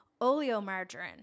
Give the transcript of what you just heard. oleomargarine